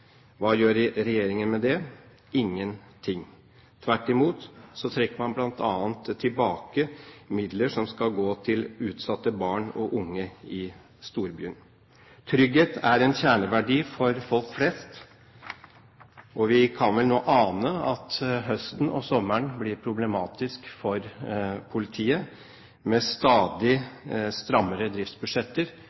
Hva gjør regjeringen med det? Ingenting, tvert imot trekker man bl.a. tilbake midler som skal gå til utsatte barn og unge i storbyene. Trygghet er en kjerneverdi for folk flest, og vi kan nå ane at høsten og sommeren blir problematisk for politiet, med stadig strammere driftsbudsjetter